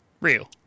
real